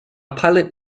pilot